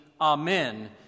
Amen